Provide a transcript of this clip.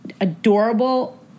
adorable